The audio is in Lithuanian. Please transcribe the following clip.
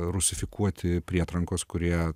rusifikuoti prietrankos kurie